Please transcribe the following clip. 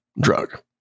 drug